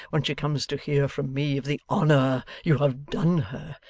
when she comes to hear from me of the honour you have done her,